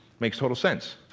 makes total sense.